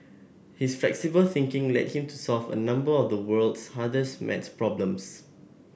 his flexible thinking led him to solve a number of the world's hardest maths problems